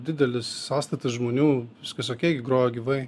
didelis sąstatas žmonių viskas okei grojo gyvai